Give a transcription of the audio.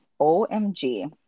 OMG